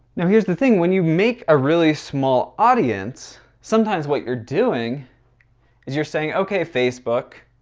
now, here's the thing, when you make a really small audience, sometimes what you're doing is you're saying, okay, facebook,